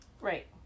Right